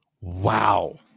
wow